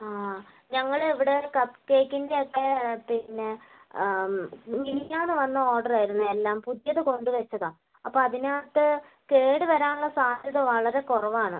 ആ ഞങ്ങളെ ഇവിടെ കപ്പ് കേക്കിൻ്റെ ഒക്കെ പിന്നെ മിനിഞ്ഞാന്ന് വന്ന ഓർഡറായിരുന്നു എല്ലാം പുതിയത് കൊണ്ട് വച്ചതാണ് അപ്പോൾ അതിനകത്ത് കേട് വരാനുള്ള സാധ്യത വളരെ കുറവാണ്